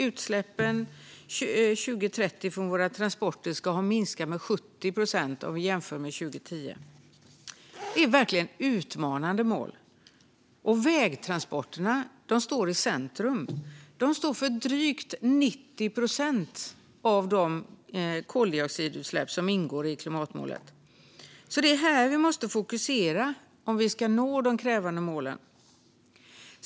Utsläppen från våra transporter ska 2030 ha minskat med 70 procent jämfört med 2010. Det är verkligen utmanande mål, och vägtransporterna står i centrum. De står för drygt 90 procent av de koldioxidutsläpp som ingår i klimatmålet, så det är här vi måste fokusera om vi ska nå de krävande målen.